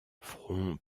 front